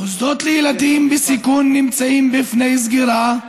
מוסדות לילדים בסיכון נמצאים בפני סגירה,